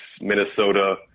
Minnesota